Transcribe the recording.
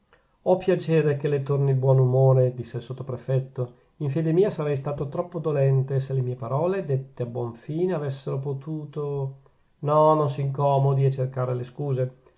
ho piacere che le torni il buon umore disse il sottoprefetto in fede mia sarei stato troppo dolente se le mie parole dette a buon fine avessero potuto no non s'incomodi a cercare le scuse